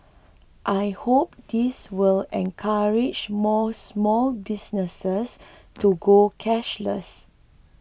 I hope this will encourage more small businesses to go cashless